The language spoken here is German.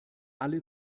alle